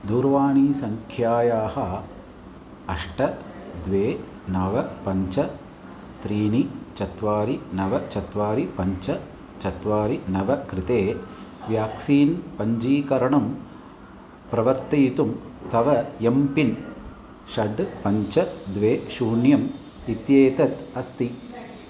दूरवाणीसङ्ख्यायाः अष्ट द्वे नव पञ्च त्रीणि चत्वारि नव चत्वारि पञ्च चत्वारि नव कृते व्याक्सीन् पञ्चीकरणं प्रवर्तयितुं तव एंपिन् षड् पञ्च द्वे शून्यम् इत्येत् अस्ति